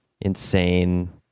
insane